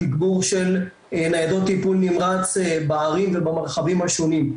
תגבור של ניידות טיפול נמרץ בערים ובמרחבים השונים,